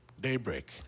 daybreak